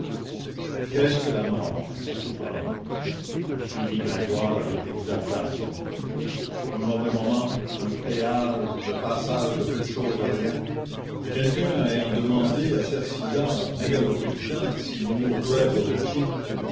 qu'est-ce que la mort à tout prendre poursuivit gringoire avec exaltation un mauvais moment un péage le passage de peu de chose à rien quelqu'un ayant demandé à cercidas mégalopolitain s'il mourrait volontiers